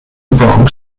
bronx